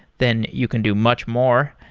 then you can do much more.